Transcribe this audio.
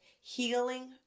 healing